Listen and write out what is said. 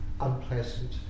unpleasant